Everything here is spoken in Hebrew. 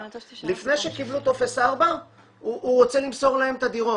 לפני שקיבלו טופס 4 הוא רוצה למסור להם את הדירות,